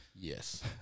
Yes